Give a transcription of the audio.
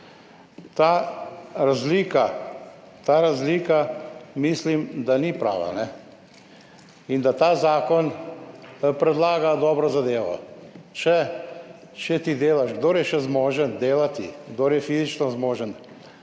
30 %. Ta razlika mislim, da ni prava in da ta zakon predlaga dobro zadevo. Če ti delaš, kdor je še zmožen delati, kdor je fizično zmožen,